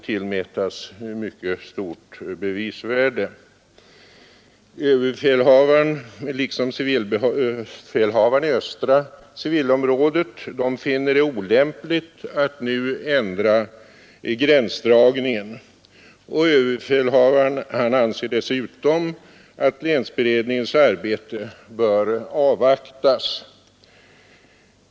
Överbefälhavaren denna sak måste tillmätas myc liksom civilbefälhavaren i östra civilförsvarsområdet finner det olämpligt att nu ändra gränsdragningen. Överbefälhavaren anser dessutom att länsberedningens arbete bör avvaktas.